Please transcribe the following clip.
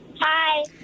Hi